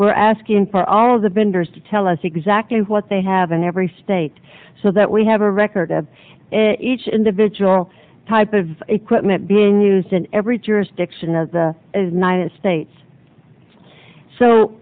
we're asking for all the been hers to tell us exactly what they have in every state so that we have a record of each individual type of equipment being used in every jurisdiction of the night and states so